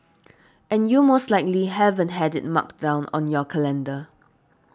and you most likely haven't had it marked down on your calendar